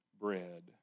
bread